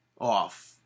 off